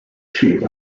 shade